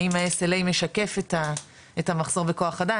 האם ה-SLA משקף את המחסור בכוח אדם?